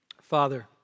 Father